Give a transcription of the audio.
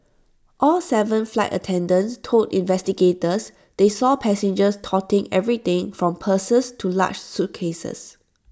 all Seven flight attendants told investigators they saw passengers toting everything from purses to large suitcases